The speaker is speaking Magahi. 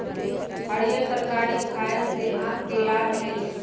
हरीयर तरकारी खाय से आँख के लाभ मिलइ छै